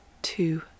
Two